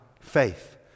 faith